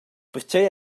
pertgei